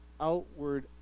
outward